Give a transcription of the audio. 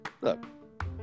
look